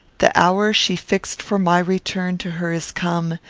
the hour she fixed for my return to her is come,